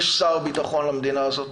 יש שר ביטחון למדינה הזאת,